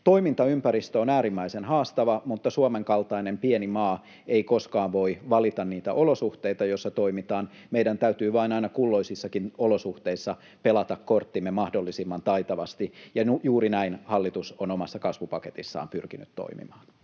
Toimintaympäristö on äärimmäisen haastava, mutta Suomen kaltainen pieni maa ei koskaan voi valita niitä olosuhteita, joissa toimitaan. Meidän täytyy vain aina kulloisissakin olosuhteissa pelata korttimme mahdollisimman taitavasti, ja juuri näin hallitus on omassa kasvupaketissaan pyrkinyt toimimaan.